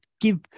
give